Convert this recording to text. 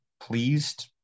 pleased